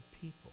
people